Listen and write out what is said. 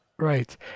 Right